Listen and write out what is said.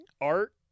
art